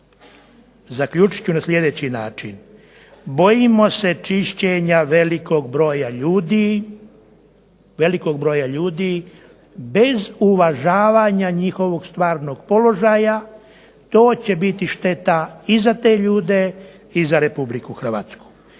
Zaključit ću na sljedeći način. Bojimo se čišćenja velikog broja ljudi bez uvažavanja njihovog stvarnog položaja. To će biti šteta i za te ljude i za Republiku Hrvatsku.